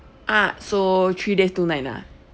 ah so three days two night ah